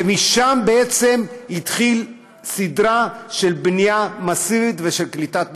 ושם בעצם התחילה סדרה של בנייה מסיבית ושל קליטת משפחות.